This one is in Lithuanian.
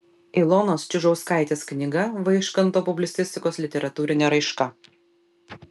ilonos čiužauskaitės knyga vaižganto publicistikos literatūrinė raiška